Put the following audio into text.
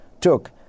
took